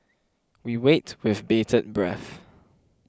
we wait with bated breath